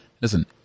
Listen